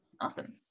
Awesome